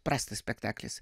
prastas spektaklis